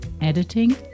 Editing